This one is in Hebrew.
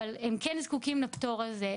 אבל הם כן זקוקים לפטור הזה.